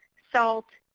salt.